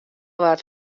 wat